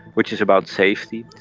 which is about safety.